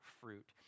fruit